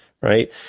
Right